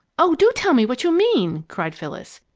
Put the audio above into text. oh, do tell me what you mean! cried phyllis.